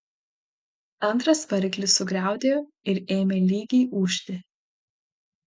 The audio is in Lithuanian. antras variklis sugriaudėjo ir ėmė lygiai ūžti